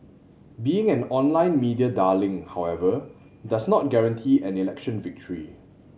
being an online media darling however does not guarantee an election victory